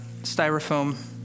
Styrofoam